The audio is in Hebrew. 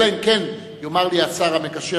אלא אם כן יאמר לי השר המקשר,